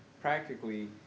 practically